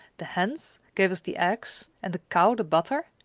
the hens gave us the eggs and the cow, the butter.